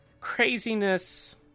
craziness